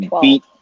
beat